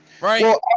Right